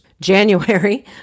January